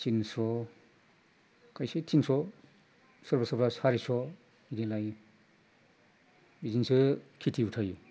तिनस' खायसे तिनस' सोरबा सोरबा सारिस' बिदि लायो बिदिजोंसो खिथिबो थायो